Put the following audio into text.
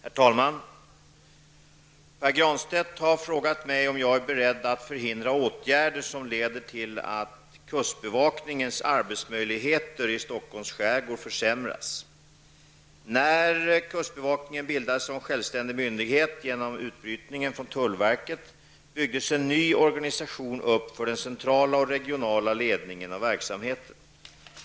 Herr talman! Pär Granstedt har frågat mig om jag är beredd att förhindra åtgärder som leder till att kustbevakningens arbetsmöjligheter i Stockholms skärgård försämras. När kustbevakningen bildades som självständig myndighet, genom utbrytningen från tullverket, byggdes en ny organisation upp för den centrala och regionala ledningen av verksamheten.